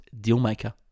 dealmaker